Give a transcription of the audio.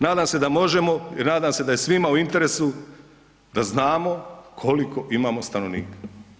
Nadam se da možemo i nadam se da je svima u interesu da znamo koliko imamo stanovnika.